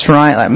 right